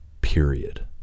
Period